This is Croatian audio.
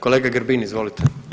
Kolega Grbin, izvolite.